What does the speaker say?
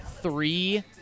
three